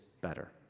better